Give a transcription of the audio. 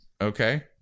okay